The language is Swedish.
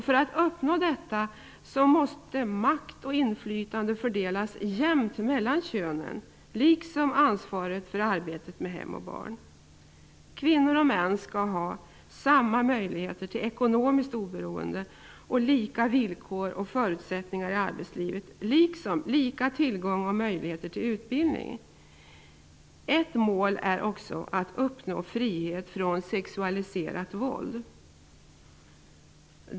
För att uppnå detta måste makt och inflytande, liksom ansvaret för arbetet med hem och barn, fördelas jämnt mellan könen. Kvinnor och män skall ha samma möjligheter till ekonomiskt oberoende och lika villkor och förutsättningar i arbetslivet liksom lika tillgång och möjligheter till utbildning. Ett mål är också att uppnå frihet från sexualiserat våld.